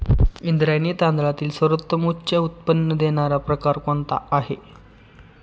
इंद्रायणी तांदळातील सर्वोत्तम उच्च उत्पन्न देणारा प्रकार कोणता आहे?